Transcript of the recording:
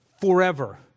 forever